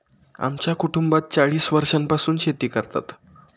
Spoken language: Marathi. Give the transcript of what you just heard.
आमच्या कुटुंबात चाळीस वर्षांपासून शेती करतात